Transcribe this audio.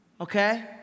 okay